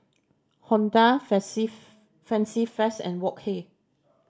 Honda Fancy Feast and Wok Hey